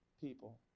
people